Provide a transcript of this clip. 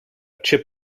chip